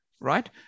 right